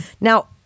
Now